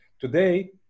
Today